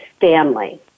family